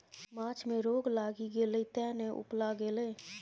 माछ मे रोग लागि गेलै तें ने उपला गेलै